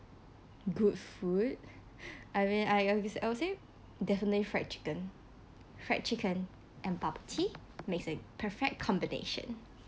good food I mean I I would I would say definitely fried chicken fried chicken and bubble tea make a perfect combination